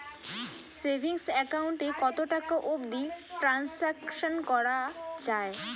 Savings account এ কতো টাকা অবধি ট্রানসাকশান করা য়ায়?